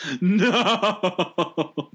No